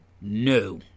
no